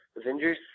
Avengers